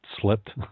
slipped